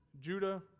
Judah